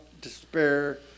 despair